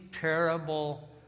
terrible